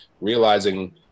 realizing